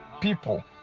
people